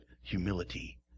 humility